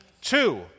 two